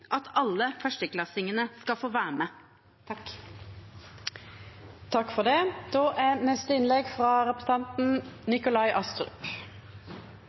at alle førsteklassingene skal få være med.